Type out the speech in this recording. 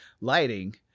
lighting